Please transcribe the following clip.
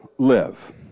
live